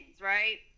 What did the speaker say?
Right